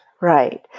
Right